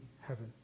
heaven